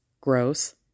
gross